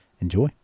enjoy